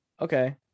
Okay